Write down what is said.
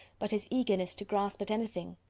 but his eagerness to grasp at anything.